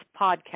podcast